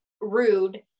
rude